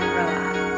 relax